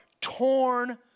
torn